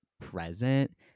present